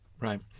right